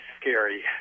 scary